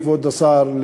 כבוד השר,